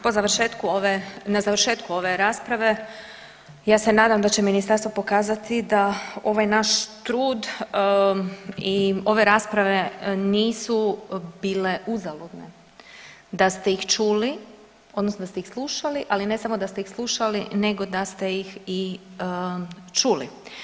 Po završetku ove, na završetku ove rasprave ja se nadam da će ministarstvo pokazati da ovaj naš trud i ove rasprave nisu bile uzaludne, da ste ih čuli odnosno da ste ih slušali, ali ne samo da ste ih slušali nego da ste ih i čuli.